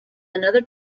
another